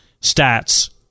stats